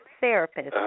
therapist